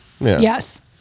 Yes